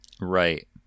Right